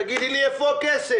תגידי לי איפה הכסף?